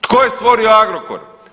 Tko je stvorio Agrokor?